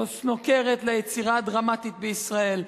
זו סנוקרת ליצירה הדרמטית בישראל,